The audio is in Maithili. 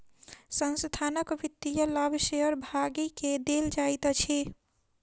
संस्थानक वित्तीय लाभ शेयर भागी के देल जाइत अछि